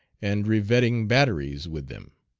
and revetting batteries with them.